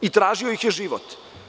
Tražio ih je život.